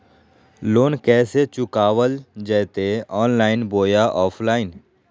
Loan कैसे चुकाबल जयते ऑनलाइन बोया ऑफलाइन?